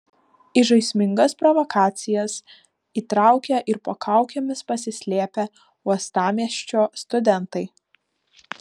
į žaismingas provokacijas įtraukė ir po kaukėmis pasislėpę uostamiesčio studentai